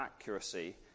accuracy